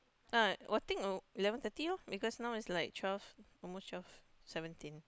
uh one thing eleven thirty loh because now is like twelve almost twelve seventeen